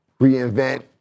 reinvent